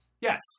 Yes